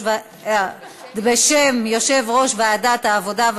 בשם יושב-ראש ועדת העבודה,